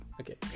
okay